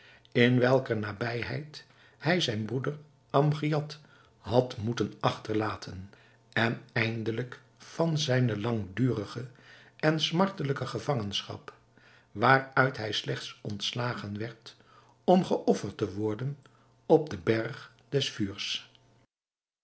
in welker nabijheid hij zijn broeder amgiad had moeten achterlaten en eindelijk van zijne langdurige en smartelijke gevangenschap waaruit hij slechts ontslagen werd om geofferd te worden op den berg des vuurs